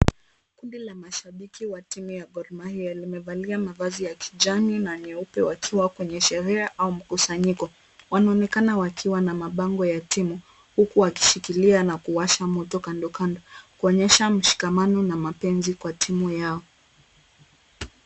Kundi la mashabiki wa timu ya Gor-Mahia limevalia mavazi ya kijani na nyeupe wakiwa kwenye sherehe au mkusanyiko. Wanaonekana wakiwa na bango ya timu, huku wakishikilia na kuwasha moto kando kando kuinyesha mshikamano na mapenzi kwa timu yao.